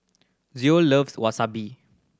Zoe loves Wasabi